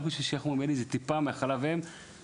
רק כדי שתהיה לי טיפה מחלב האם כדי